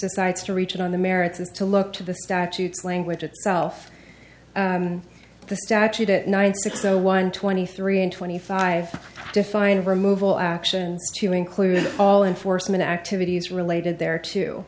decides to reach it on the merits of to look to the statutes language itself the statute at ninety six zero one twenty three and twenty five to find removal action to include all enforcement activities related there t